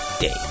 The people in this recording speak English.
day